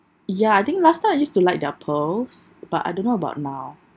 ya I think last time I used to like their pearls but I don't know about now